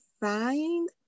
find